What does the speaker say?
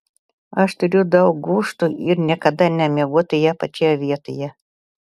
aš turiu daug gūžtų ir niekada nemiegu toje pačioje vietoje